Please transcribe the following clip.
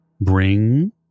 bring